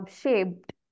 shaped